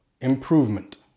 improvement